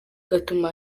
gatuma